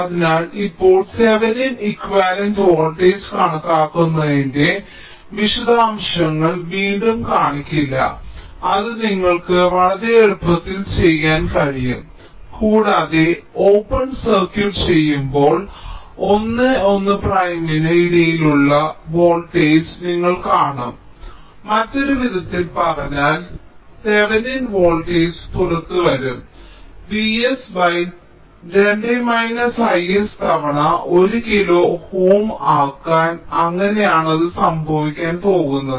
അതിനാൽ ഇപ്പോൾ Thevenin equivalent voltage കണക്കാക്കുന്നതിന്റെ വിശദാംശങ്ങൾ ഞാൻ വീണ്ടും കാണിക്കില്ല അത് നിങ്ങൾക്ക് വളരെ എളുപ്പത്തിൽ ചെയ്യാൻ കഴിയും കൂടാതെ ഓപ്പൺ സർക്യൂട്ട് ചെയ്യുമ്പോൾ 1 1 പ്രൈമിന് ഇടയിലുള്ള വോൾട്ടേജ് നിങ്ങൾ കാണും മറ്റൊരു വിധത്തിൽ പറഞ്ഞാൽ തെവെനിൻ വോൾട്ടേജ് പുറത്തുവരും V s 2 I s തവണ 1 കിലോ Ω ആകാൻ അങ്ങനെയാണ് അത് സംഭവിക്കാൻ പോകുന്നത്